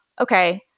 Okay